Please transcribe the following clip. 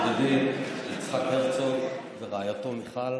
כבוד נשיא המדינה, ידידי יצחק הרצוג ורעייתו מיכל,